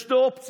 יש שתי אופציות: